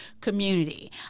community